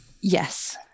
Yes